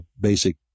basic